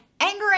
anger